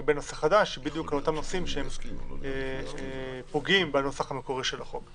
לנוסח חדש הן בדיוק באותם נושאים שפוגעים בנוסח המקורי של החוק.